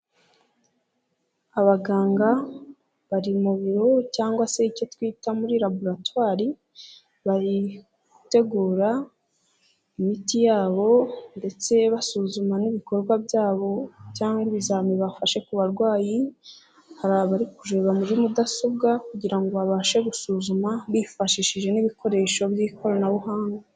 Abaganga bari mu biro cyangwa se icyo twita muri Laboratwari, bari gutegura imiti yabo ndetse basuzuma n'ibikorwa byabo cyangwa ibizamini bafashe ku barwayi, hari abari kureba muri mudasobwa kugira ngo babashe gusuzuma bifashishije ibikoresho by'ikoranabuhanga.